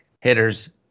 hitters –